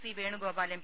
C Venugopal M